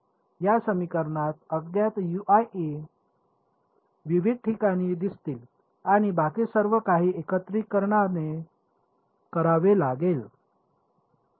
या समीकरणात अज्ञात विविध ठिकाणी दिसतील आणि बाकी सर्व काही एकत्रिकरणाने करावे लागेल